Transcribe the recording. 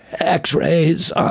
X-rays